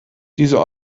diese